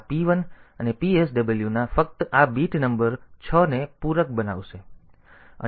તેથી આ P1 ના PSW ના ફક્ત આ બીટ નંબર છને પૂરક બનાવશે